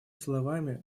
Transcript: словами